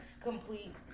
complete